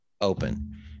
open